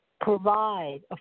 provide